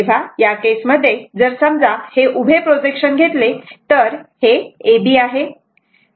तेव्हा या केस मध्ये जर समजा हे उभे प्रोजेक्शन घेतले तर हे AB आहे